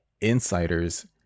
insiders